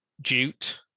jute